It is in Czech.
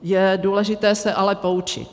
Je důležité se ale poučit.